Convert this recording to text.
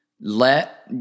Let